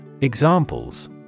Examples